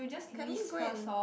can we go and